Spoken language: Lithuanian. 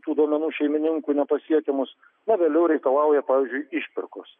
tų duomenų šeimininkui nepasiekiamus na vėliau reikalauja pavyzdžiui išpirkos